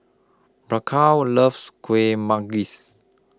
Bianca loves Kueh Manggis